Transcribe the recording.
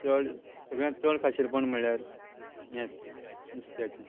चड सगळ्यांत चड खाशेरपण म्हणल्यार हेंत नुस्त्याचें